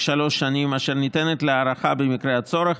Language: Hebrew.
שלוש שנים אשר ניתנת להארכה במקרה הצורך.